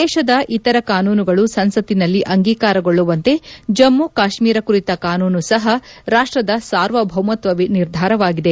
ದೇಶದ ಇತರ ಕಾನೂನುಗಳು ಸಂಸತ್ತಿನಲ್ಲಿ ಅಂಗೀಕಾರಗೊಳ್ಳುವಂತೆ ಜಮ್ನುಕಾಶ್ನೀರ ಕುರಿತ ಕಾನೂನು ಸಹ ರಾಷ್ಷದ ಸಾರ್ವಭೌಮತ್ವ ನಿರ್ಧಾರವಾಗಿದೆ